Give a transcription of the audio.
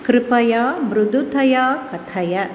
कृपया मृदुतया कथय